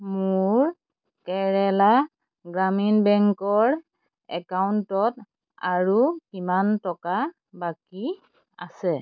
মোৰ কেৰেলা গ্ৰামীণ বেংকৰ একাউণ্টত আৰু কিমান টকা বাকী আছে